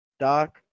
Doc